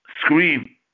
scream